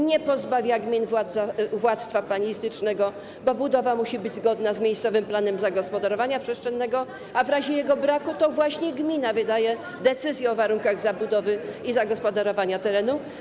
Nie pozbawia gmin władztwa planistycznego, bo budowa musi być zgodna z miejscowym planem zagospodarowania przestrzennego, a w razie jego braku to właśnie gmina wydaje decyzje o warunkach zabudowy i zagospodarowania terenu.